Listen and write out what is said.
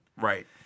Right